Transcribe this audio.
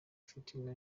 fitina